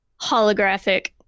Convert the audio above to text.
holographic